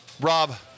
Rob